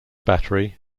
battery